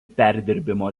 perdirbimo